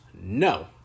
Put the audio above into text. no